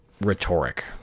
rhetoric